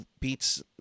beats